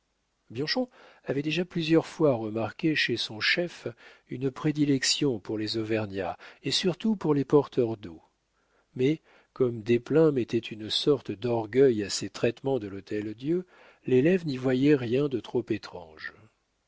bianchon avait déjà plusieurs fois remarqué chez son chef une prédilection pour les auvergnats et surtout pour les porteurs d'eau mais comme desplein mettait une sorte d'orgueil à ses traitements de l'hôtel-dieu l'élève n'y voyait rien de trop étrange